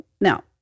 Now